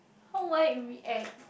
how would I react